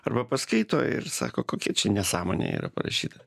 arba paskaito ir sako kokia čia nesąmonė yra parašyta